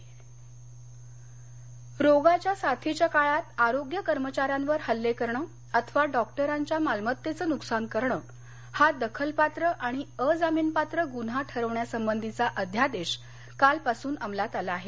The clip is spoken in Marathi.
अध्यादेश अंमलात रोगाच्या साथीच्या काळात आरोग्य कर्मचाऱ्यांवर हल्ले करण अथवा डॉक्टरांच्या मालमत्तेचं नुकसान करणं हा दखलपात्र आणि अजामीनपात्र गुन्हा ठरवण्यासंबंधीचा अध्यादेश कालपासून अंमलात आला आहे